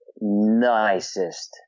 nicest